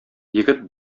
егет